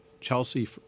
Chelsea